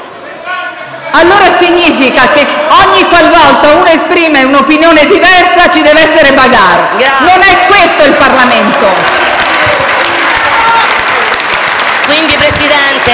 questo significa che, ogni qualvolta viene espressa un'opinione diversa, ci deve essere bagarre? Non è questo il Parlamento!